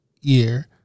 year